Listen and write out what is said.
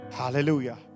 hallelujah